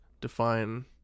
define